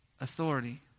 authority